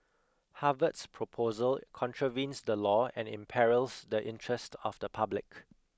Harvard's proposal contravenes the law and imperils the interest of the public